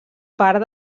part